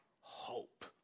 hope